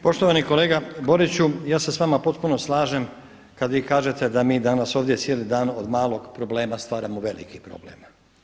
Poštovani kolega Boriću ja se s vama potpuno slažem kada vi kažete da mi danas ovdje cijeli dan od malog problema stvaramo veliki problem.